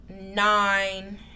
nine